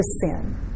sin